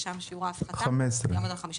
שם שיעור ההפחתה יעמוד על 15